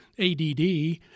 ADD